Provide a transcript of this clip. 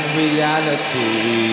reality